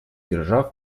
держав